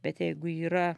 bet jeigu yra